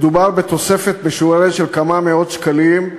מדובר בתוספת משוערת של כמה מאות שקלים,